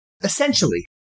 Essentially